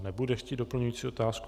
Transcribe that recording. Nebude chtít doplňující otázku.